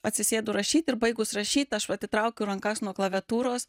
atsisėdu rašyt ir baigus rašyt aš atitraukiu rankas nuo klaviatūros